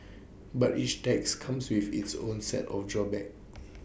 but each tax comes with its own set of drawbacks